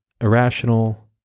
irrational